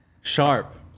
Sharp